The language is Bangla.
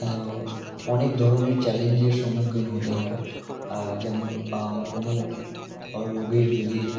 অনেক ধরনের চ্যালেঞ্জের সম্মুখীন হতে হয় যেমন কোনো রুগীর যদি